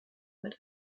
mit